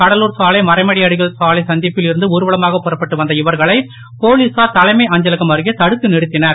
கடலூர் சாலை மறைமலையடிகள் சாலை சந்திப்பில் இருந்து ஊர்வலமாக புறப்பட்டு வந்த இவர்களை போலீசார் தலைமை அஞ்சலகம் அருகே தடுத்து நிறுத்தினர்